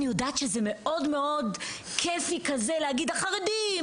אני יודעת שזה מאוד מאוד כיפי כזה להגיד החרדים,